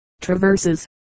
traverses